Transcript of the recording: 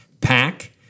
pack